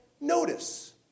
notice